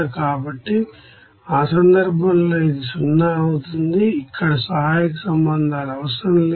కాబట్టి ఆ సందర్భంలో ఇది 0 అవుతుంది ఇక్కడ సహాయక సంబంధాలు అవసరం లేదు